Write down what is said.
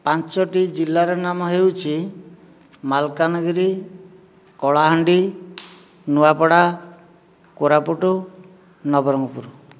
ପାଞ୍ଚଟି ଜିଲ୍ଲାର ନାମ ହେଉଛି ମାଲକାନଗିରି କଳାହାଣ୍ଡି ନୂଆପଡ଼ା କୋରାପୁଟ ନବରଙ୍ଗପୁର